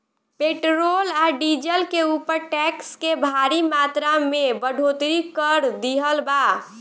petrol आ diesel के ऊपर टैक्स के भारी मात्रा में बढ़ोतरी कर दीहल बा